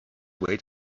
wait